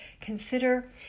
consider